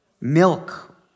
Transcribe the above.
Milk